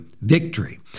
victory